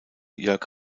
jörg